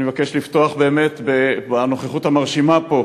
אני מבקש לפתוח בנוכחות המרשימה פה